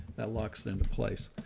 that locks them into place.